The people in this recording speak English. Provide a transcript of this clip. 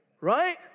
Right